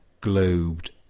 globed